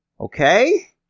Okay